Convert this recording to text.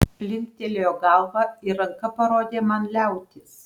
linktelėjo galva ir ranka parodė man liautis